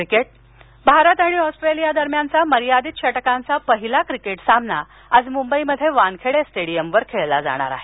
क्रिके भारत आणि ऑस्ट्रेलिया दरम्यानचा मर्यादित षटकांचा पहिला क्रिकेट सामना आज मुंबईमध्ये वानखेडे स्टेडीयमवर खेळला जाणार आहे